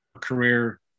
career